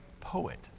poet